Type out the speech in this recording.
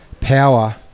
power